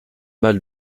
mal